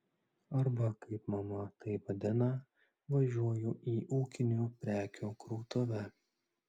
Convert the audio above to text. arba kaip mama tai vadina važiuoju į ūkinių prekių krautuvę